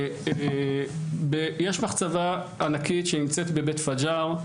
יש מחצבה ענקית שנמצא בבית פג'אר,